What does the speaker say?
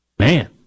Man